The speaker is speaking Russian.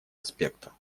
аспекта